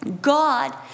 God